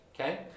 okay